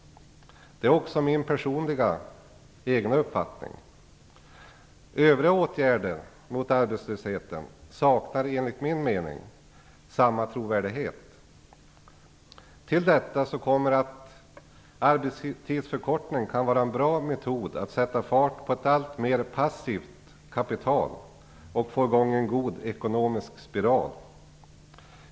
Det är också min egen personliga uppfattning. Övriga åtgärder mot arbetslösheten saknar enligt min mening samma trovärdighet. Till detta kommer att arbetstidsförkortning kan vara en bra metod att sätta fart på ett alltmer passivt kapital och få i gång en god ekonomisk spiral.